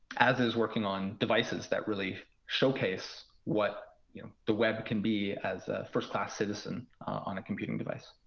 as is working on devices that really showcase what the web can be as a first-class citizen on a computing device.